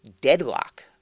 deadlock